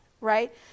right